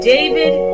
David